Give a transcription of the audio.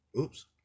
Oops